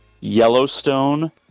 Yellowstone